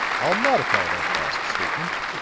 i'll modify that last statement,